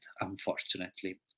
unfortunately